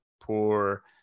poor